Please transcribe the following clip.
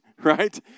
right